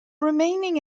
remaining